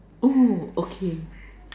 oh okay